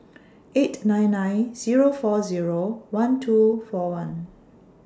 eight nine nine Zero four Zero one two four one